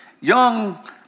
young